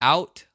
Out